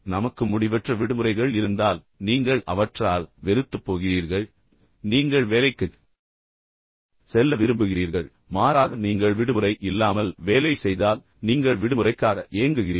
நமக்கு முடிவற்ற விடுமுறைகள் இருந்தால் நீங்கள் அவற்றால் வெறுத்துப்போகிறீர்கள் நீங்கள் வேலைக்குச் செல்ல விரும்புகிறீர்கள் மாறாக நீங்கள் விடுமுறை இல்லாமல் வேலை செய்தால் நீங்கள் விடுமுறைக்காக ஏங்குகிறீர்கள்